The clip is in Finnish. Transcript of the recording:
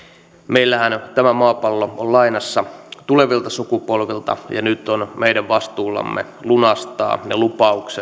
meillähän tämä maapallo on lainassa tulevilta sukupolvilta ja nyt on meidän vastuullamme lunastaa ne